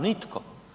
Nitko.